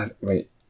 wait